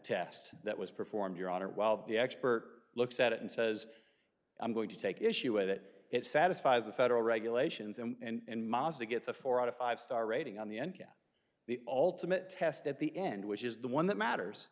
test that was performed your honor while the expert looks at it and says i'm going to take issue with it it satisfies the federal regulations and mazda gets a four out of five star rating on the n p r the ultimate test at the end which is the one that matters